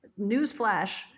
newsflash